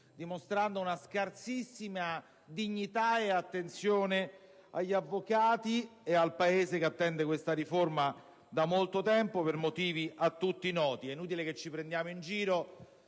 dignità e una scarsissima attenzione nei confronti degli avvocati e del Paese, che attende questa riforma da molto tempo, per motivi a tutti noti. È inutile che ci prendiamo in giro: